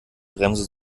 bremse